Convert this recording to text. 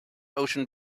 ocean